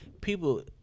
people